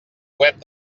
web